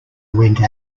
went